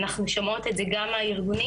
אנחנו שומעות את זה גם מהארגונים.